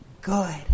good